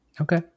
Okay